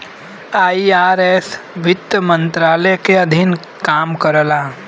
IRS वित्त मंत्रालय के अधीन काम करला